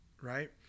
right